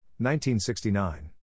1969